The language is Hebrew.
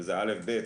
שזה אל"ף בי"ת,